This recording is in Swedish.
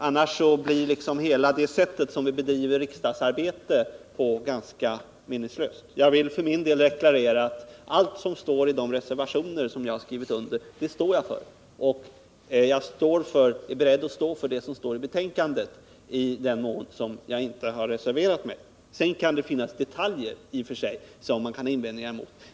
Annars blir liksom hela det sätt som vi bedriver riksdagsarbetet på ganska meningslöst. Jag vill för min del deklarera att allt som står i de reservationer som jag skrivit under, det står jag för. Och jag är beredd att stå för det som står i betänkandet i den mån jag inte har reserverat mig. Sedan kan det i och för sig finnas detaljer som man har invändningar emot.